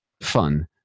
fun